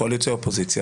קואליציה ואופוזיציה,